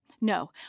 No